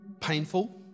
painful